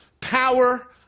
Power